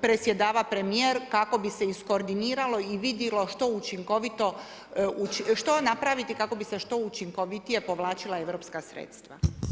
predsjedava premijer kako bi se iskoordiniralo i vidjelo što učinkovito, što napraviti kako bi se što učinkovitije povlačila EU sredstva.